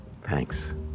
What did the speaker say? Thanks